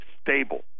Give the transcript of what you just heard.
stable